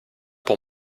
pour